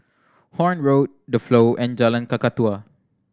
Horne Road The Flow and Jalan Kakatua